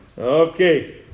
Okay